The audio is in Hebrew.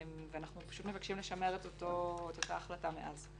אנחנו מבקשים לשמר את אותה החלטה מאז.